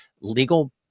legal